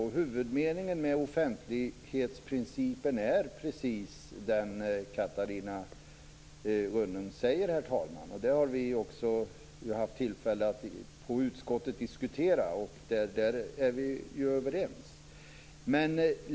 Huvudmeningen med offentlighetsprincipen är precis den Catarina Rönnung nämner, herr talman. Detta har vi ju också i utskottet haft tillfälle att diskutera, och på den punkten är vi överens.